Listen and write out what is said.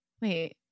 wait